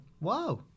Wow